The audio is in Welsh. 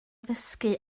ddysgu